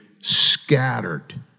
scattered